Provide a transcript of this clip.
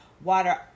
Water